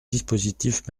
dispositif